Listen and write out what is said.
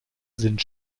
sind